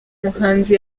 muhanzi